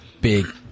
big